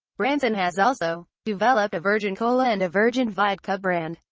branson has also developed a virgin cola and a virgin vodka brand,